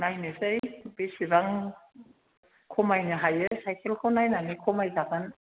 नायनोसै बेसेबां खमायनो हायो साइखेलखौ नायनानै खमायजागोन